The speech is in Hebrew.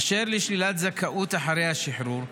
אשר לשלילת זכאות אחרי השחרור,